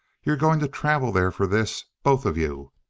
you're going to travel there for this! both of you!